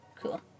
Cool